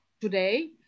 today